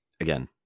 again